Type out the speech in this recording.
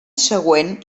següent